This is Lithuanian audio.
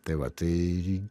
tai va tai